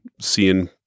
seeing